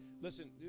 Listen